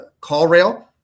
CallRail